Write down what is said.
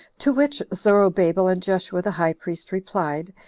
to which zorobabel and jeshua the high priest replied,